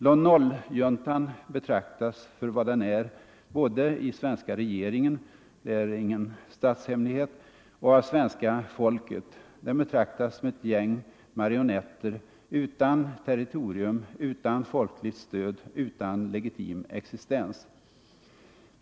Lon Nol-juntan tas för vad den är både i svenska regeringen — detta är ingen statshemlighet — och av svenska folket; den betraktas som ett gäng marionetter, utan territorium, utan folkligt stöd, utan legitim existens.